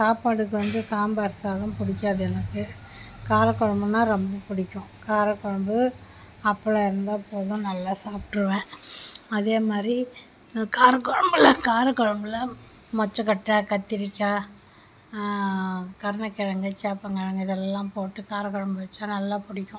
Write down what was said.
சாப்பாடுக்கு வந்து சாம்பார் சாதம் பிடிக்காது எனக்கு காரக்குழம்புன்னா ரொம்ப பிடிக்கும் காரக்குழம்பு அப்பளம் இருந்தால் போதும் நல்லா சாப்பிட்ருவேன் அதே மாதிரி காரக்குழம்புல காரக் குழம்புல மொச்சைக்கொட்டை கத்திரிக்காய் கருணக்கெழங்கு சேப்பங்கிழங்கு இதெல்லாம் போட்டு காரக்குழம்பு வச்சால் நல்லா பிடிக்கும்